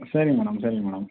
சரிங்க மேடம் சரிங்க மேடம்